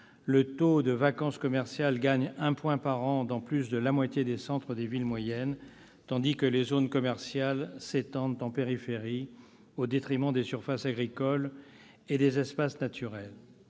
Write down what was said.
Le taux de vacance commerciale gagne 1 point par an dans plus de la moitié des centres des villes moyennes, tandis que les zones commerciales s'étendent en périphérie, au détriment des surfaces agricoles et des espaces naturels.